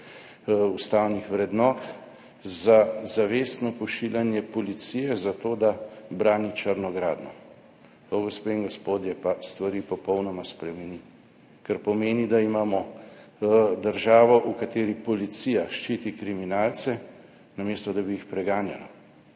ustavnih vrednot, za zavestno pošiljanje policije zato, da brani črno gradnjo. To, gospe in gospodje, pa stvari popolnoma spremeni, ker pomeni, da imamo državo, v kateri policija ščiti kriminalce, namesto da bi jih preganjala.